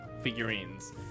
figurines